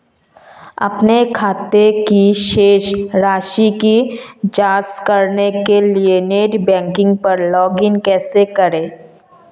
अपने खाते की शेष राशि की जांच करने के लिए नेट बैंकिंग पर लॉगइन कैसे करें?